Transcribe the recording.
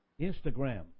Instagram